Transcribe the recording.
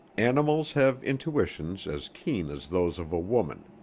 animals have intuitions as keen as those of a woman,